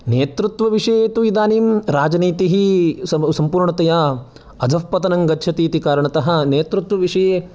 नेतृत्वविषये तु इदानीं राजनीतिः स संपूर्णतया अधःपतनं गच्छति इति कारणतः नेतृत्वविषये